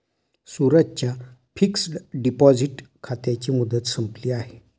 सूरजच्या fixed deposit खात्याची मुदत संपली आहे